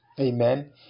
Amen